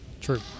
True